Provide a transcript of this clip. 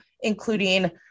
including